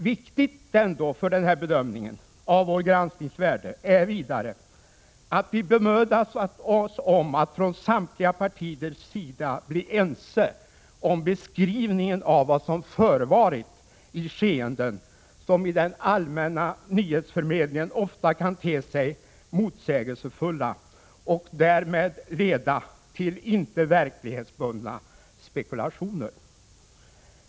Viktigt för denna bedömning av vår gransknings värde är vidare att vi bemödat oss om att från samtliga partier bli ense om beskrivningen av vad som förevarit. Skeendet framtstår i den allmänna nyhetsförmedlingen ofta som motsägelsefullt och kan därmed leda till inte verklighetsbundna spekulationer.